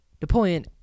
Napoleon